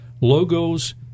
Logos